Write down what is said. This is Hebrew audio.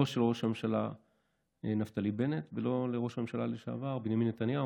לא של ראש הממשלה נפתלי בנט ולא של ראש הממשלה לשעבר בנימין נתניהו,